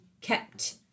kept